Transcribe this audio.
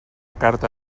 carta